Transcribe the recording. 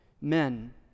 Men